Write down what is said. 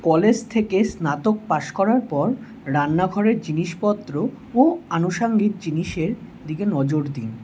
college থেকে স্নাতক পাশ করার পর রান্নাঘরের জিনিসপত্র ও আনুষঙ্গিক জিনিসের দিকে নজর দিন